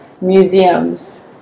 museums